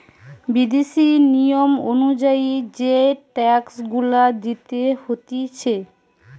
বিদেশি নিয়ম অনুযায়ী যেই ট্যাক্স গুলা দিতে হতিছে